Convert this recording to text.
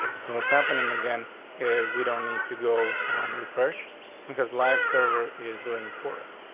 so what's happening again is we don't need to go and refresh because life server is doing for us.